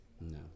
No